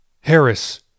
Harris